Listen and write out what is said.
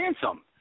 handsome